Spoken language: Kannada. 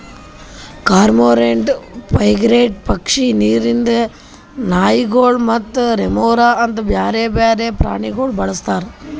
ಕಾರ್ಮೋರೆಂಟ್, ಫ್ರೆಗೇಟ್ ಪಕ್ಷಿ, ನೀರಿಂದ್ ನಾಯಿಗೊಳ್ ಮತ್ತ ರೆಮೊರಾ ಅಂತ್ ಬ್ಯಾರೆ ಬೇರೆ ಪ್ರಾಣಿಗೊಳ್ ಬಳಸ್ತಾರ್